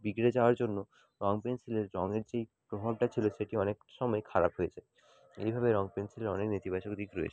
বিগড়ে যাওয়ার জন্য রঙ পেনসিলের রঙের যেই প্রভাবটা ছিলো সেটি অনেক সময় খারাপ হয়ে যায় এইভাবে রঙ পেনসিলের অনেক নেতিবাচক দিক রয়েছে